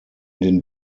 den